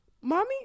mommy